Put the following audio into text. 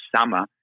summer